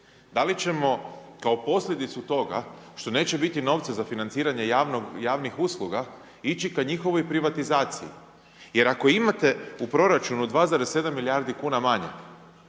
Da li ćemo kao posljedicu toga što neće biti novca za financiranje javnih usluga ići ka njihovoj privatizaciji. Jer ako imate u proračunu 2,7 milijardi kuna manje,